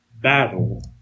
battle